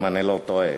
אם אני לא טועה,